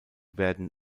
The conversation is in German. werden